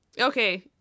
Okay